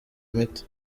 imiti